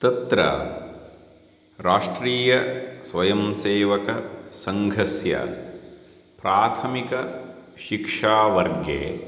तत्र राष्ट्रीय स्वयंसेवक सङ्घस्य प्राथमिकशिक्षावर्गे